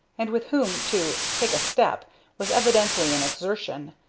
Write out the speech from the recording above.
and with whom to take a step was evidently an exertion.